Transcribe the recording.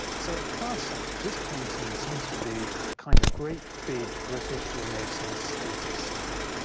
so, at first sight, this painting seems to be a kind of great big british renaissance status symbol.